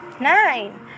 nine